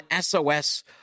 SOS